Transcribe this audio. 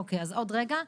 אוקיי, אז עוד רגע.